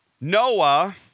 Noah